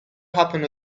happen